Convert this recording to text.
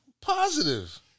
Positive